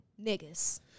Niggas